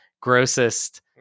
grossest